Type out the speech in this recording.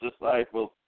disciples